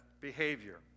behavior